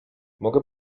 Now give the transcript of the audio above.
mogę